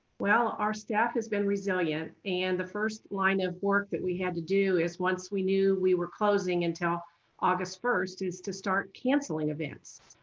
well, our staff has been resilient and the first line of work that we had to do is once we knew we were closing until august first is to start cancelling events.